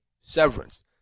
severance